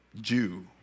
Jew